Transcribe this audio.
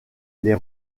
les